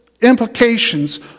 implications